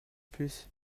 plus